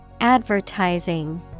Advertising